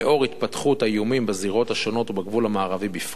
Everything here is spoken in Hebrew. בעקבות התפתחות האיומים בזירות השונות ובגבול המערבי בפרט,